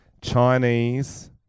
Chinese